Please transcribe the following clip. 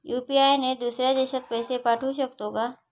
UPI ने दुसऱ्या देशात पैसे पाठवू शकतो का?